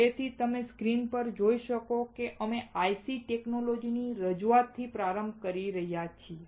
તેથી તમે સ્ક્રીન પર જોઈ શકો છો અમે IC ટેકનોલોજી ની રજૂઆતથી પ્રારંભ કરી રહ્યા છીએ